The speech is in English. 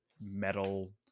metal